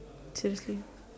seriously